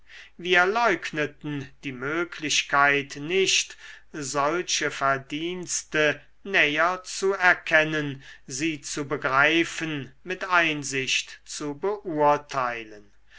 wir leugneten die möglichkeit nicht solche verdienste näher zu erkennen sie zu begreifen mit einsicht zu beurteilen